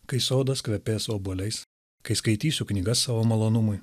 kai sodas kvepės obuoliais kai skaitysiu knygas savo malonumui